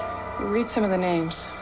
read some of the names.